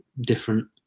different